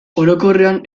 orokorrean